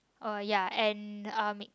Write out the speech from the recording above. oh ya and